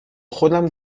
خودم